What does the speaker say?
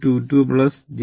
22 j 0